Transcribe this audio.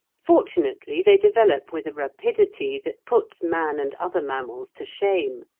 fortunately they develop with a rapidity that puts man and other mammals to shame,